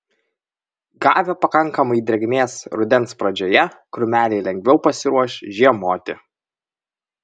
gavę pakankamai drėgmės rudens pradžioje krūmeliai lengviau pasiruoš žiemoti